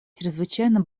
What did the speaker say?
чрезвычайно